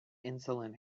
insulin